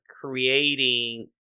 creating